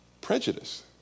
Prejudice